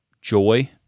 joy